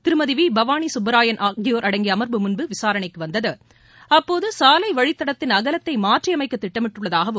திருமதி வி பவானி சுப்பராயன் அடங்கிய அமர்வு முன்பு விசாரணைக்கு வந்தது அப்போது சாலை வழித்தடத்தின் அகலத்தை மாற்றியமைக்க திட்டமிட்டுள்ளதாகவும்